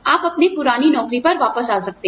आप अपनी पुरानी नौकरी पर वापस आ सकते हैं